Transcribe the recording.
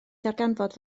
ddarganfod